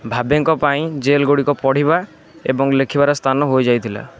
ଭାବେଙ୍କ ପାଇଁ ଜେଲ୍ଗୁଡ଼ିକ ପଢ଼ିବା ଏବଂ ଲେଖିବାର ସ୍ଥାନ ହୋଇଯାଇଥିଲା